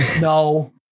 no